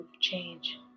change